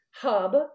hub